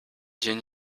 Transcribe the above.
dzień